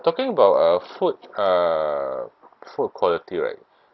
talking about uh food uh food quality right